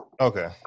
Okay